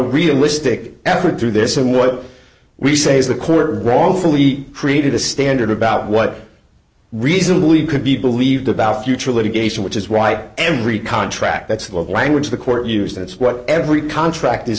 realistic effort through this and what we say is the corner wrongfully created a standard about what reasonably could be believed about future litigation which is why every contract that's the language the court used that's what every contract is